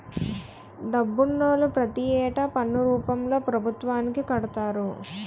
డబ్బునోళ్లు ప్రతి ఏటా పన్ను రూపంలో పభుత్వానికి కడతారు